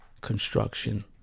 construction